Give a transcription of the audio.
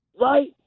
right